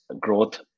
growth